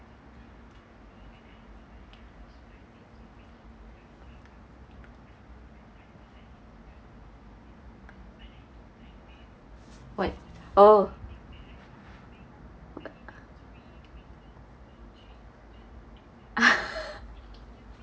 what oh